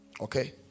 Okay